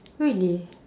really